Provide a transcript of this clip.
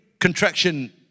contraction